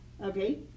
okay